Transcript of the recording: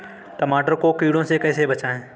टमाटर को कीड़ों से कैसे बचाएँ?